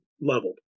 leveled